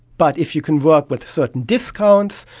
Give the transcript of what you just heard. but if you can work with certain discounts,